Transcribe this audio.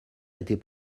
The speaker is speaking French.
étaient